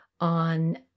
on